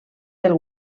del